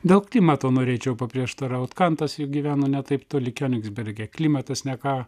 dėl klimato norėčiau paprieštarauti kantas juk gyveno ne taip toli kionigsberge klimatas ne ką